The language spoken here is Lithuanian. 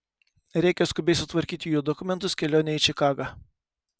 reikia skubiai sutvarkyti jų dokumentus kelionei į čikagą